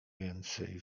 więcej